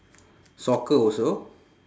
soccer also